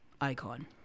icon